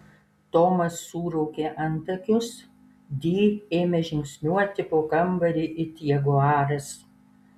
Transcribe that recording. tomas suraukė antakius di ėmė žingsniuoti po kambarį it jaguaras